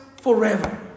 forever